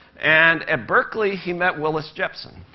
and at berkeley, he met willis jepson.